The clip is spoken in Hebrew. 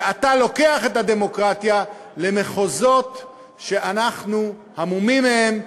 ואתה לוקח את הדמוקרטיה למחוזות שאנחנו המומים מהם,